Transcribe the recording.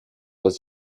was